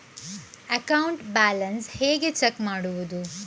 Account balance ಹೇಗೆ check ಮಾಡುವುದು?